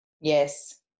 Yes